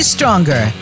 Stronger